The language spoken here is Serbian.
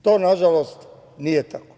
To nažalost nije tako.